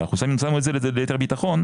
אבל אנחנו שמנו את זה ליתר ביטחון.